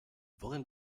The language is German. worin